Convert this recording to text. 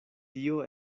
tio